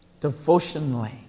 devotionally